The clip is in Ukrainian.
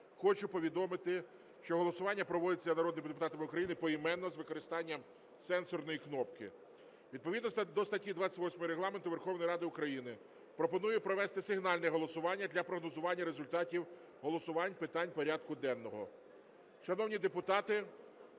хочу повідомити, що голосування проводиться народними депутатами України поіменно з використанням сенсорної кнопки. Відповідно до статті 28 Регламенту Верховної Ради України пропоную провести сигнальне голосування для прогнозування результатів голосувань питань порядку денного.